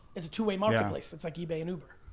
it's a two way marketplace, it's like ebay and uber.